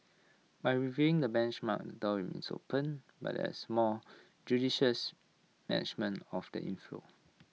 by reviewing the benchmark the door remains open but there is A more judicious management of the inflow